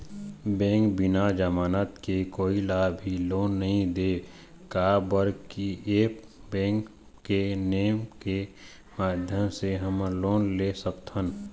Bank बिना जमानत के कोई ला भी लोन नहीं देवे का बर की ऐप बैंक के नेम के माध्यम से हमन लोन ले सकथन?